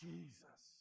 Jesus